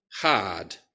hard